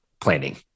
planning